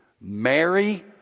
Mary